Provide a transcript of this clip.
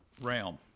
realm